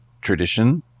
tradition